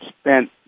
spent